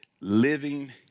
living